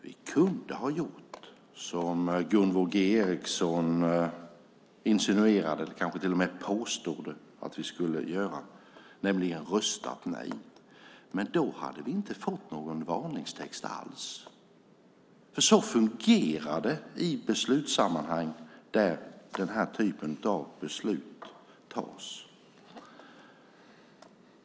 Vi kunde ha gjort som Gunvor G Ericson insinuerade eller kanske till och med påstod att vi skulle göra, nämligen röstat nej. Då hade vi inte fått någon varningstext alls. Så fungerar det i beslutssammanhang där den här typen av beslut fattas.